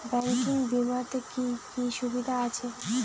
Banking বিমাতে কি কি সুবিধা আছে?